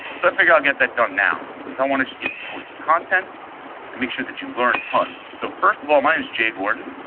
so i figure i'll get that done now because i want to just get toward the content and make sure that you learn tons. so first of all, my name's jay gordon.